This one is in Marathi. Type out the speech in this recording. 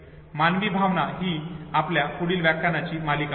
मानवी भावना ही आपल्या पुढील व्याख्यानांची मालिका असेल